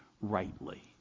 rightly